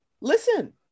listen